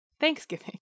Thanksgiving